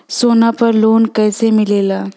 सोना पर loan कइसे मिलेला?